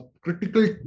critical